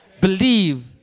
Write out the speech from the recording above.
believe